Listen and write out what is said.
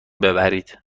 ببرید